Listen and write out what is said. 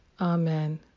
Amen